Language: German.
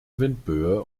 windböe